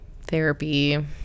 therapy